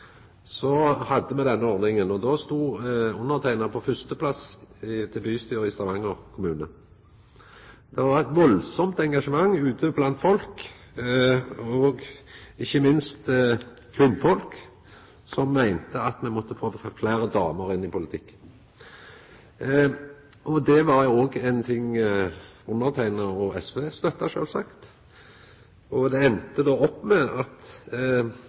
hadde me denne ordninga, og då stod eg på fyrsteplassen til bystyret i Stavanger kommune. Det var eit enormt engasjement ute blant folk, ikkje minst kvinnfolk, som meinte at me måtte få fleire damer inn i politikken. Det var òg noko underteikna og SV sjølvsagt støtta. Det enda då opp med at